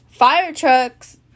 Firetruck's